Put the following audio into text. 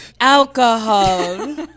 Alcohol